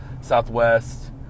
Southwest